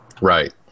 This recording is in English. right